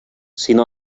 sinó